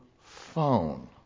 phone